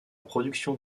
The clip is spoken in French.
production